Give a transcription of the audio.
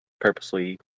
purposely